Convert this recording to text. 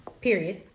period